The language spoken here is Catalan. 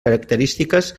característiques